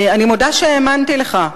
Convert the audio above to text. אני מודה שהאמנתי לך.